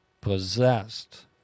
possessed